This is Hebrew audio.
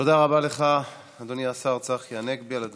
תודה רבה לך, אדוני השר צחי הנגבי, על הדברים.